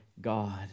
God